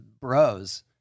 bros